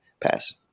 pass